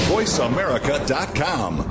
VoiceAmerica.com